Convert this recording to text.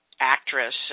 actress